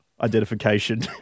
identification